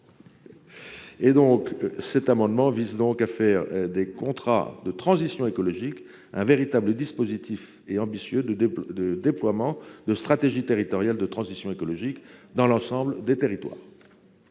Cet amendement vise donc à faire des contrats de transition écologique un véritable dispositif ambitieux de début de déploiement de stratégies de transition écologique dans l'ensemble des territoires.